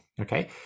Okay